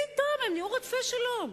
פתאום הם נהיו רודפי שלום.